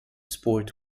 sport